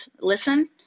listen